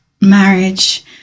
marriage